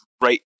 right